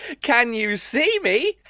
can you see me?